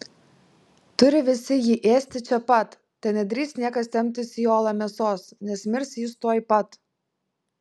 turi visi jį ėsti čia pat te nedrįs niekas temptis į olą mėsos nes mirs jis tuoj pat